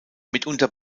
mitunter